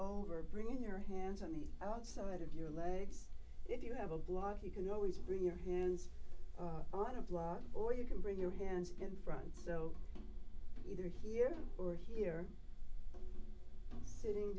over bringing your hands on the outside of your legs if you have a block you can always bring your hands on a block or you can bring your hands in front so either here or here sitting